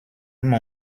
mon